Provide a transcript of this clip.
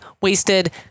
Wasted